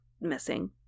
missing